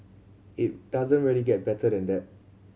it doesn't really get better than that